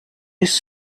his